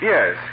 Yes